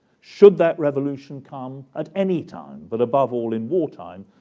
should that revolution come at any time, but above all, in wartime,